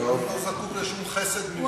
אני לא זקוק לשום חסד מבן-אדם.